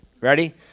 Ready